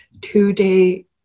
two-day